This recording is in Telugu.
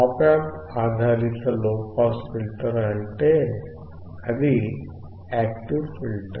ఆప్ యాంప్ ఆధారిత లోపాస్ ఫిల్టర్ అంటే అది యాక్టివ్ ఫిల్టర్